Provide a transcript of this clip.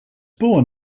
born